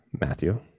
Matthew